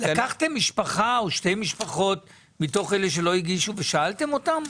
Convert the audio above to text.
לקחתם משפחה או שתי משפחות מתוך אלה שלא הגישו ושאלתם אותן?